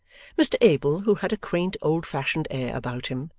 mr abel, who had a quaint old-fashioned air about him,